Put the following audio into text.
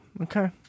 Okay